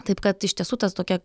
taip kad iš tiesų tas tokie